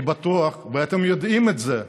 אני בטוח, ואתם יודעים את זה,